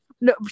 No